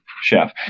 chef